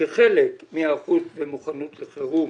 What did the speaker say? כחלק מהיערכות ומוכנות לחירום